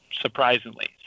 surprisingly